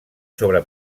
sobre